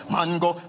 Mango